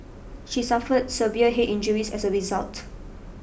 she suffered severe head injuries as a result